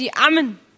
Amen